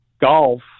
Golf